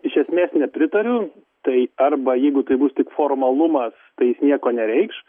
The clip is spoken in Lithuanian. iš esmės nepritariu tai arba jeigu tai bus tik formaluma tai jis nieko nereikš